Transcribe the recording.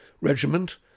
regiment